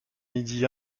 midi